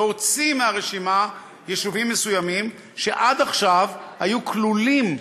להוציא מהרשימה יישובים מסוימים שעד עכשיו היו כלולים בה.